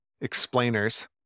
explainers